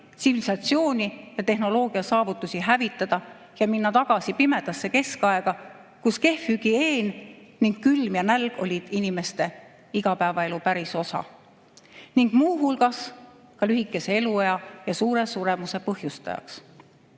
tsivilisatsiooni ja tehnoloogia saavutusi hävitada ja minna tagasi pimedasse keskaega, kus kehv hügieen ning külm ja nälg olid inimeste igapäevaelu pärisosa, muu hulgas ka lühikese eluea ja suure suremuse põhjustajad.